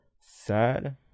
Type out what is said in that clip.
Sad